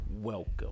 welcome